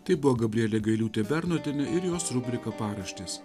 tai buvo gabrielė gailiūtė bernotienė ir jos rubrika paraštės